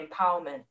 empowerment